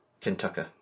Kentucky